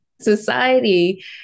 society